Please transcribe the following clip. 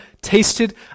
tasted